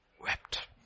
wept